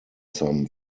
some